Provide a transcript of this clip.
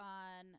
on